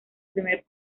primer